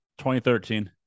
2013